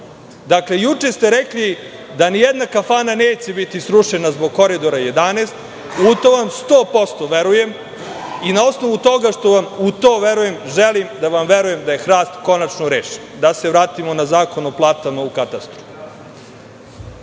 Dakle, juče ste rekli da nijedna kafana neće biti srušena zbog Koridora 11 i u to vam 100% verujem i na osnovu toga što vam u to verujem, želim da vam verujem da je hrast konačno rešen. Da se vratimo na Zakon o platama u katastru.